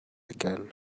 again